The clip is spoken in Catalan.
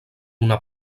una